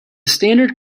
standard